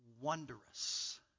wondrous